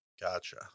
Gotcha